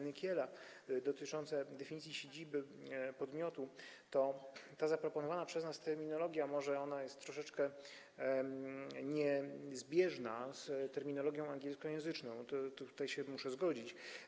Nykiela dotyczące definicji siedziby podmiotu - zaproponowana przez nas terminologia może jest troszeczkę niezbieżna z terminologią angielskojęzyczną, tutaj się muszę zgodzić.